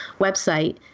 website